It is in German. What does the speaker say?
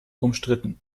umstritten